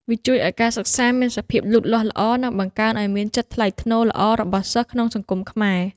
វាជួយឲ្យការសិក្សាមានសភាពលូតលាស់ល្អ និងបង្កើនឱ្យមានចិត្តថ្លៃថ្នូរល្អរបស់សិស្សក្នុងសង្គមខ្មែរ។